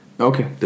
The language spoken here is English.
Okay